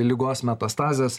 ligos metastazes